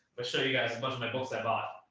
but show you guys a bunch of my books i bought.